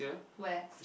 where